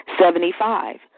Seventy-five